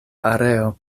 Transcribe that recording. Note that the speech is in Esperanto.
areo